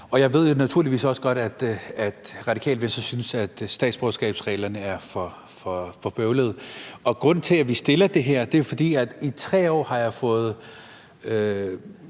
Jeg ved jo naturligvis også godt, at Radikale Venstre synes, at statsborgerskabsreglerne er for bøvlede. Grunden til, at vi fremsætter det her, er, at jeg i 3 år har fået